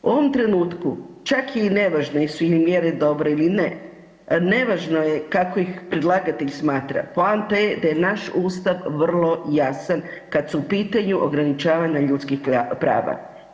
U ovom trenutku čak je i nevažno jesu li mjere dobre ili ne, nevažno je kako ih predlagatelj smatra, poanta je da je naš Ustav vrlo jasan kad su u pitanju ograničavanja ljudskih prava.